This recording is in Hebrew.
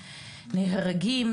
נהרגים,